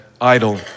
idol